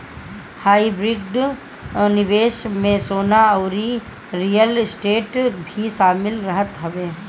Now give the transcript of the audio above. hybrid निवेश में सोना अउरी रियल स्टेट भी शामिल रहत हवे